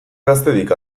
gaztedik